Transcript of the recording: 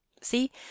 See